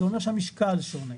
זה אומר שהמשקל שונה.